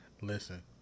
Listen